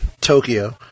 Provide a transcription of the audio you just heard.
Tokyo